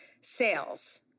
Sales